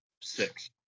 six